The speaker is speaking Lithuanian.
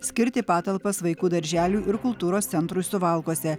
skirti patalpas vaikų darželiui ir kultūros centrui suvalkuose